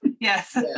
Yes